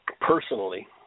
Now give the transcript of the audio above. personally